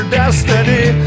destiny